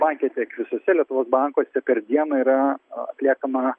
banke tiek visuose lietuvos bankuose per dieną yra atliekama